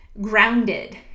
grounded